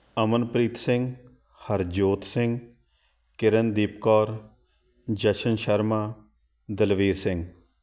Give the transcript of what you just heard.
Amanpreet Singh Harjot Singh Kirandeep Kaur Jashan Sharma Dalvir Singh